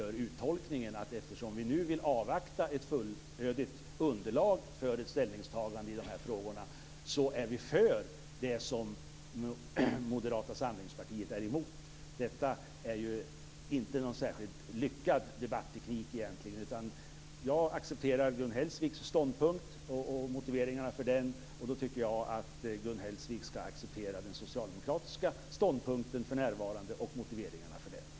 Denna uttolkning går ut på att vi, eftersom vi vill avvakta ett fullödigt underlag inför ett ställningstagande i de här frågorna, skulle vara för det som Moderata samlingspartiet är emot. Det är ju inte någon särskilt lyckad debatteknik egentligen. Jag accepterar Gun Hellsviks ståndpunkt och motiveringarna för den. Då tycker jag att Gun Hellsvik skall acceptera den nuvarande socialdemokratiska ståndpunkten och motiveringarna för den.